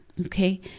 Okay